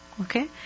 Okay